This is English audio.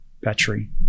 battery